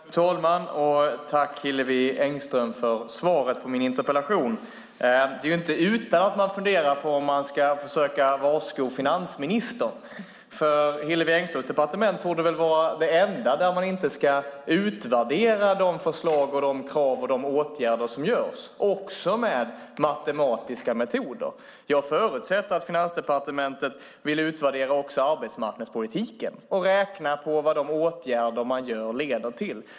Fru talman! Tack, Hillevi Engström, för svaret på min interpellation! Det är inte utan att man funderar på om man ska varsko finansministern, för Hillevi Engströms departement torde väl vara det enda där man inte ska utvärdera de förslag, krav och åtgärder som görs, också med matematiska metoder. Jag förutsätter att Finansdepartementet vill utvärdera också arbetsmarknadspolitiken och räkna på vad de åtgärder man vidtar leder till.